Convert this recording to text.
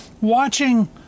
watching